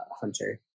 hunter